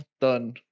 done